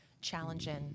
challenging